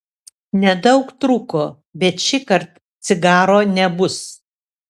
nedaug trūko bet šįkart cigaro nebus